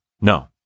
No